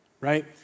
right